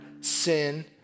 sin